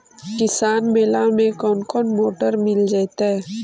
किसान मेला में कोन कोन मोटर मिल जैतै?